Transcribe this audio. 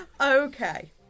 Okay